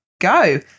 go